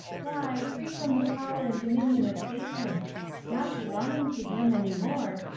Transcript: why, free from the power and dominion of satan not belonging to him any more,